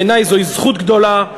בעיני זוהי זכות גדולה.